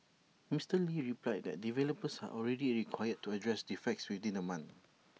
Mister lee replied that developers are already required to address defects within A month